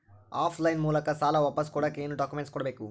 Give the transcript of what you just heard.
Of line ಮೂಲಕ ಸಾಲ ವಾಪಸ್ ಕೊಡಕ್ ಏನು ಡಾಕ್ಯೂಮೆಂಟ್ಸ್ ಕೊಡಬೇಕು?